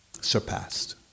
surpassed